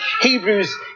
Hebrews